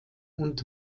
und